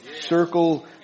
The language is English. Circle